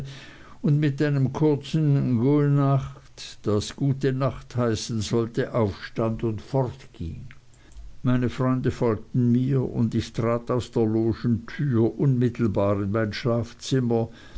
und mit einem kurzen gura das gute nacht heißen sollte aufstand und fortging meine freunde folgten mir und ich trat aus der logentür unmittelbar in mein schlafzimmer